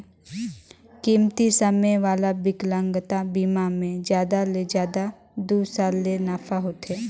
कमती समे वाला बिकलांगता बिमा मे जादा ले जादा दू साल ले नाफा होथे